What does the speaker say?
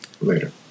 Later